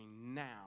now